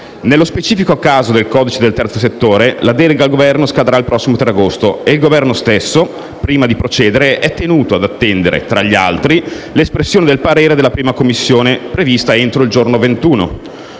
Nello specifico caso del codice del terzo settore, la delega al Governo scadrà il prossimo 3 agosto e il Governo stesso, prima di procedere, è tenuto ad attendere, tra gli altri, l'espressione del parere della Commissione affari costituzionali, prevista entro il giorno 21.